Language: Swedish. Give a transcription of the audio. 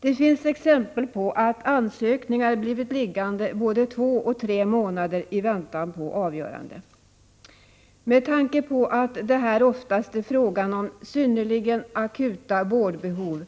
Det finns exempel på att ansökningar blivit liggande både två och tre månader i väntan på avgörande. Med tanke på att det oftast är fråga om synnerligen akuta vårdbehov är